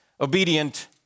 obedient